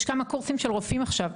יש כמה קורסים של רופאים עכשיו,